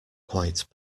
quite